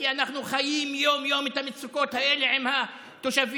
כי אנחנו חיים יום-יום את המצוקות האלה עם התושבים,